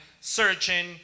searching